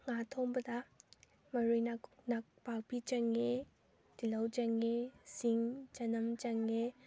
ꯉꯥ ꯊꯣꯡꯕꯗ ꯃꯔꯣꯏ ꯅꯄꯥꯛꯄꯤ ꯆꯪꯉꯦ ꯇꯤꯜꯍꯧ ꯆꯪꯉꯦ ꯁꯤꯡ ꯆꯅꯝ ꯆꯪꯉꯦ